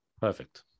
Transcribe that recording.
Perfect